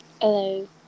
Hello